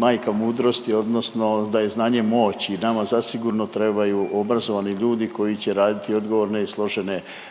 majka mudrosti odnosno da je znanje moć i nama zasigurno trebaju obrazovani ljudi koji će raditi odgovorne i složene poslove.